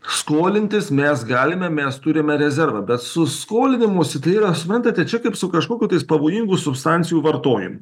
skolintis mes galime mes turime rezervą bet su skolinimusi tai yra suprantate čia kaip su kažkokiu tais pavojingų substancijų vartojimu